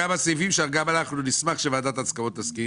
יש כאן כמה סעיפים שגם אנחנו נשמח שוועדת ההסכמות תסכים